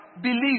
believe